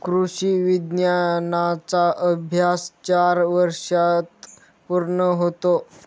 कृषी विज्ञानाचा अभ्यास चार वर्षांत पूर्ण होतो